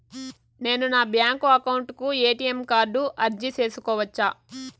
నేను నా bank account కు ఎ.టి.ఎం కార్డు అర్జీ సేసుకోవచ్చా?